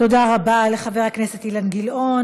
תודה רבה לחבר הכנסת אילן גילאון.